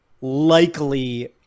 likely